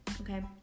okay